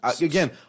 Again